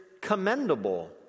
commendable